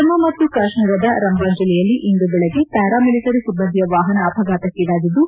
ಜಮ್ನು ಮತ್ತು ಕಾಶ್ಸೀರದ ರಂಬಾನ್ ಜಿಲ್ಲೆಯಲ್ಲಿ ಇಂದು ಬೆಳಗ್ಗೆ ಪ್ಟಾರಾ ಮಿಲಿಟರಿ ಸಿಬ್ಬಂದಿಯ ವಾಹನ ಅಪಘಾತಕ್ಷೀಡಾಗಿದ್ದು